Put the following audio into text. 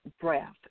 breath